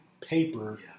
paper